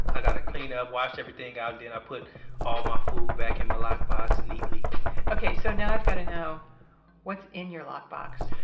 i've got to clean up, wash everything out and and i put all my food back in my lock box neatly okay. so now i've got to know what's in your lockbox?